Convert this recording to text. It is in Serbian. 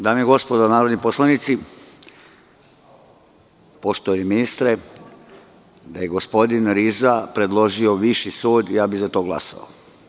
Dame i gospodo narodni poslanici, poštovani ministre, da je gospodin Riza predložio viši sud, ja bih za to glasao.